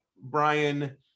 Brian